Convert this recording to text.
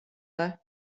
det